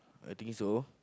I think so